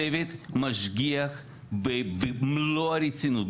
הצוות משגיח במלוא הרצינות,